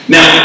Now